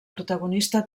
protagonista